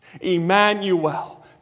Emmanuel